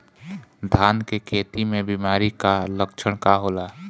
धान के खेती में बिमारी का लक्षण का होला?